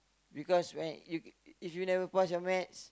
because when you if you never pass your maths